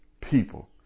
people